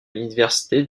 l’université